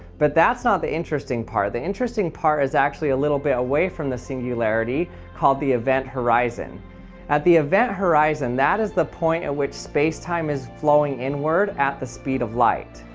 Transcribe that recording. but that's not the interesting part. the interesting part is actually a little bit away from the singularity called the event horizon at the event horizon that is the point at which space-time is flowing inward at the speed of light.